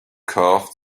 curved